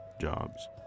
jobs